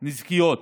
נזיקיות